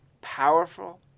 powerful